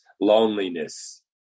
loneliness